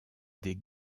des